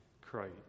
Christ